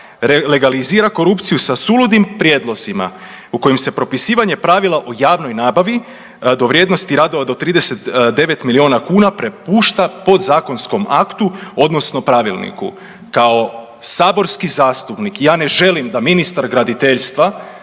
legalizira korupciju sa suludim prijedlozima u kojim se propisivanje pravila o javnoj nabavi do vrijednosti radova do 39 milijuna kuna prepušta podzakonskom aktu, odnosno pravilniku. Kao saborski zastupnik ja ne želim da ministar graditeljstva